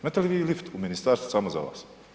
Imate li vi lift u ministarstvu samo za vas?